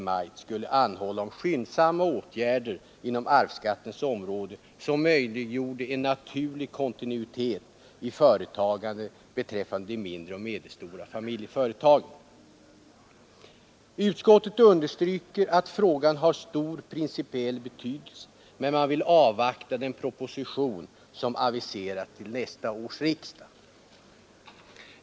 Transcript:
Maj:t anhåller om ”skyndsamma åtgärder inom arvsskattens område, som möjliggör en naturlig kontinuitet i företagandet beträffande mindre och medelstora företag”. Utskottet understryker att frågan har stor principiell betydelse men vill avvakta den proposition som aviserats till nästa års riksdag.